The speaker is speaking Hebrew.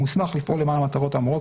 המוסמך לפעול למען המטרות האמורות,